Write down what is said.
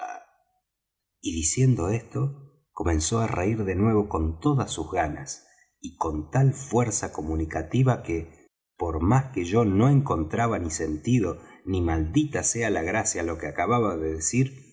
y diciendo esto comenzó á reir de nuevo con todas sus ganas y con tal fuerza comunicativa que por más que yo no encontraba ni sentido ni maldita sea la gracia á lo que acababa de decir